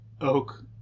oak